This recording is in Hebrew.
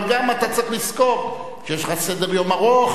אבל גם אתה צריך לזכור שיש לך סדר-יום ארוך,